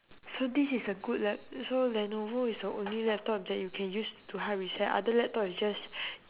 so this is a good lap~ so lenovo is the only laptop that you can use to hard reset other laptop is just